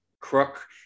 crook